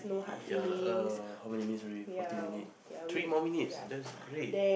ya lah err how many minutes already forty minute three more minutes that's great